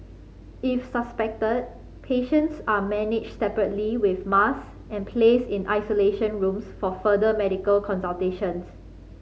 if suspected patients are managed separately with mask and placed in isolation rooms for further medical consultations